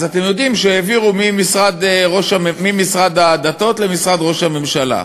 אז אתם יודעים שהעבירו ממשרד הדתות למשרד ראש הממשלה.